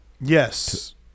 Yes